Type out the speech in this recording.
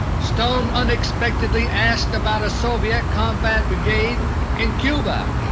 stone unexpectedly asked about a soviet combat brigade in cuba.